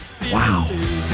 Wow